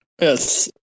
Yes